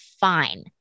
fine